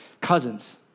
cousins